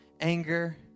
Anger